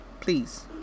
Please